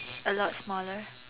a lot smaller